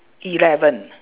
eleven